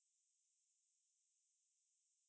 orh but அது வந்து:athu vanthu setting leh adjust பண்ணலாம்:pannalaam